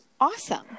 awesome